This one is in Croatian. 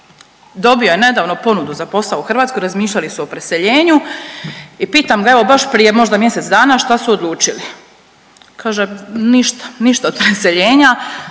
Dobio je nedavno ponudu za posao u Hrvatskoj, razmišljali su o preseljenju i pitam ga evo baš možda prije mjesec dana šta su odlučili. Kaže ništa, ništa od preseljenja,